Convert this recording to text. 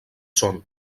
són